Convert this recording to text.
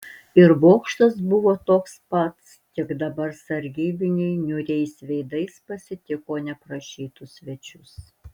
ir bokštas buvo toks pats tik dabar sargybiniai niūriais veidais pasitiko neprašytus svečius